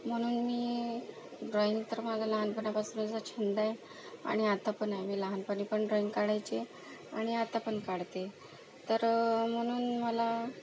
म्हणून मी ड्रॉइंग तर माझा लहानपणापासनचा छंद आहे आणि आता पण आहे मी लहानपणी पण ड्रॉइंग काढायचे आणि आता पण काढते तर म्हणून मला